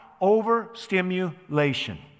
Overstimulation